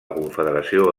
confederació